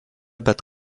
bet